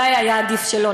אולי היה עדיף שלא,